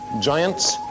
giants